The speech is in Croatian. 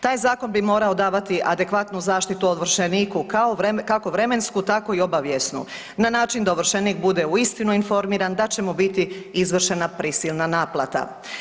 Taj zakon bi morao davati adekvatnu zaštitu ovršeniku kako vremensku tako i obavijesnu na način da ovršenik bude uistinu informiran da će mu biti izvršena prisilna naplata.